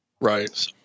Right